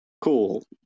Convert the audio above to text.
Cool